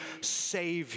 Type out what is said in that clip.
Savior